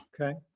Okay